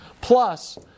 plus